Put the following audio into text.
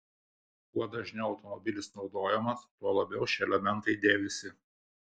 kuo dažniau automobilis naudojamas tuo labiau šie elementai dėvisi